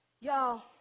Y'all